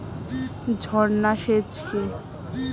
ঝর্না সেচ কি?